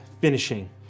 finishing